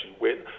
win